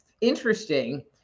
interesting